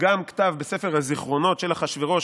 גם כתב בספר הזיכרונות של אחוושרוש.